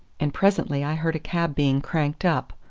and presently i heard a cab being cranked up.